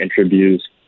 interviews